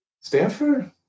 Stanford